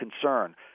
concern